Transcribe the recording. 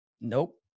Nope